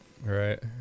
Right